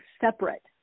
separate